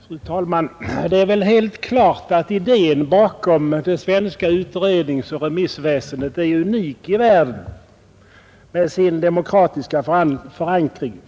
Fru talman! Det är väl helt klart att idén bakom det svenska utredningsoch remissväsendet är unik i världen med sin demokratiska förankring.